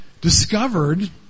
discovered